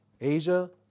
Asia